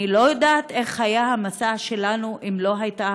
אני לא יודעת איך היה המסע שלנו אם לא הייתה